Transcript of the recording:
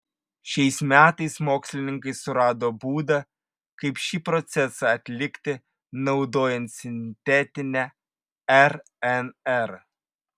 šiais metais mokslininkai surado būdą kaip šį procesą atlikti naudojant sintetinę rnr